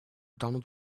donald